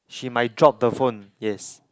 she might drop the phone yes